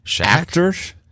Actors